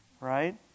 right